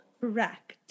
Correct